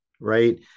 right